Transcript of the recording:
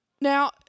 Now